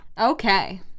Okay